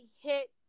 hit